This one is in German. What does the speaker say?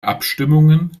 abstimmungen